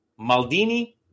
Maldini